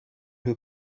who